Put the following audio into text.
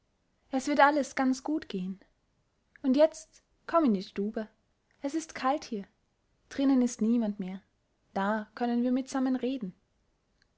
es wird alles ganz gut gehen und jetzt komm in die stube es ist kalt hier drinnen ist niemand mehr da können wir mitsammen reden